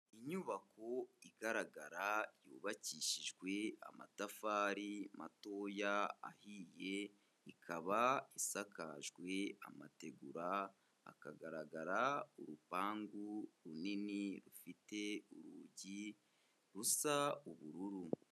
Inyubako igaragara yubakishijwe amatafari matoya ahiye, ikaba isakajwe amategura, hakagaragara urupangu runini rufite urugi rusa ubururu.